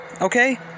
okay